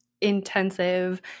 intensive